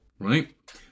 Right